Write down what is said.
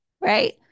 Right